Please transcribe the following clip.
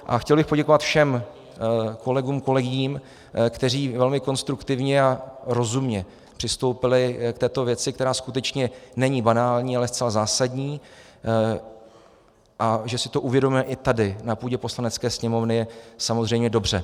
A chtěl bych poděkovat všem kolegům, kolegyním, kteří velmi konstruktivně a rozumně přistoupili k této věci, která skutečně není banální, ale zcela zásadní, a že si to uvědomujeme i tady na půdě Poslanecké sněmovny, je samozřejmě dobře.